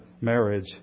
marriage